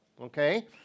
okay